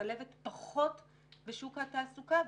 משתלבת פחות בשוק התעסוקה,